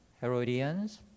herodians